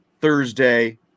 Thursday